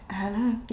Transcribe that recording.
hello